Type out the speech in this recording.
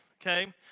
okay